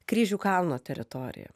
kryžių kalno teritorija